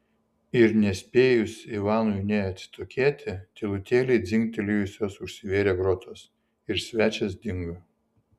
ir nespėjus ivanui nė atsitokėti tylutėliai dzingtelėjusios užsivėrė grotos ir svečias dingo